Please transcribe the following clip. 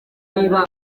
niba